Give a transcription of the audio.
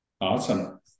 Awesome